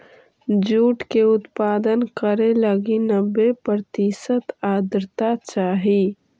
jute के उत्पादन करे लगी नब्बे प्रतिशत आर्द्रता चाहइ